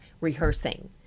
rehearsing